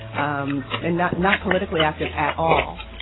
um and not not politically active at all.